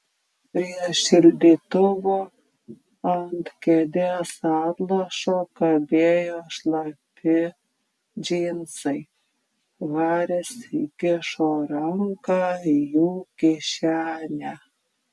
prie šildytuvo ant kėdės atlošo kabėjo šlapi džinsai haris įkišo ranką į jų kišenę